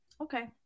Okay